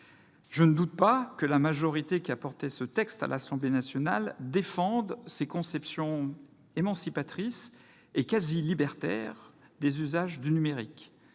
Je ne doute pas que la majorité qui a soutenu ce texte à l'Assemblée nationale défende ces conceptions émancipatrices et quasiment libertaires des usages du numérique.